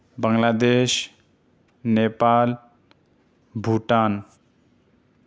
بنگلا دیش نیپال بھوٹان